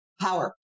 power